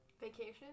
Vacation